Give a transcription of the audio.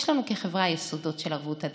יש לנו כחברה יסודות של ערבות הדדית,